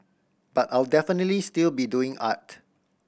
but I'll definitely still be doing art